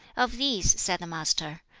of these, said the master,